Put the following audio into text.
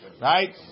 Right